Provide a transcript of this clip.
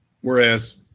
Whereas